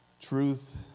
Truth